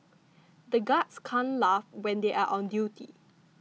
the guards can't laugh when they are on duty